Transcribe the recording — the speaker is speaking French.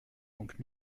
donc